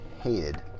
hated